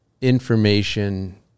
information